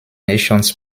nations